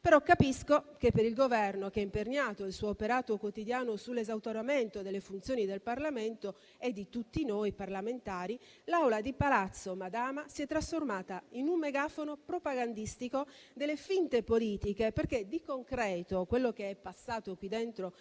però che per un Governo che ha imperniato il suo operato quotidiano sull'esautoramento delle funzioni del Parlamento e di tutti noi parlamentari, l'Aula di Palazzo Madama si è trasformata in un megafono propagandistico delle finte politiche, perché di concreto, in quello che è passato qui dentro,